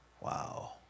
wow